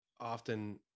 often